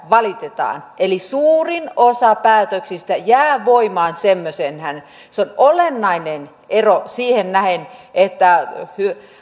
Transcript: valitetaan eli suurin osa päätöksistä jää voimaan semmoisenaan se on olennainen ero siihen nähden että